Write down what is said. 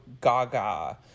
Gaga